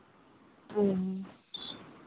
ᱚ